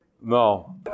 No